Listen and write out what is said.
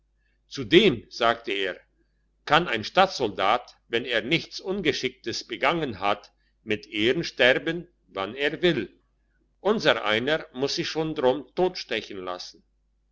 zudem sagte er kann ein stadtsoldat wenn er nichts ungeschicktes begangen hat mit ehren sterben wann er will unsereiner muss sich schon drum totstechen lassen